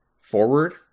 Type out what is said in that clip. Forward